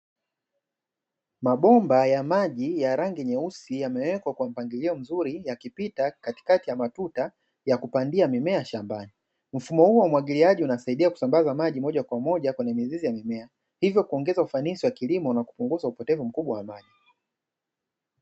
Mabomba ya maji ya rangi nyeusi yamewekwa kwa mpangilio mzuri yakipita katikati ya matuta ya kupandia mimea shambani. Mfumo huu wa umwagiliaji unasaidia kusambaza maji moja kwa moja kwenye mizizi ya mimea, hivyo kuongeza ufanisi wa kilimo na kupunguza upotevu mkubwa wa maji.